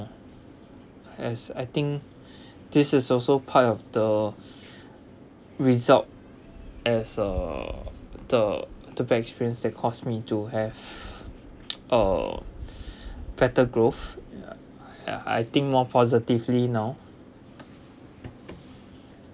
as I think this is also part of the result as uh the the bad experience that caused me to have a better growth ya ya I think more positively now